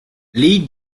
lee